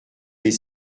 les